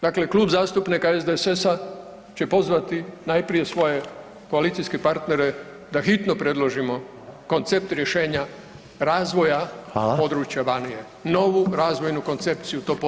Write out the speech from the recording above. Dakle, Klub zastupnika SDSS-a će pozvati najprije svoje koalicijske partnere da hitno predložimo koncept rješenja razvoja područja Banije, novu razvojnu koncepciju to područje treba.